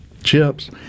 chips